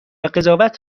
قضاوت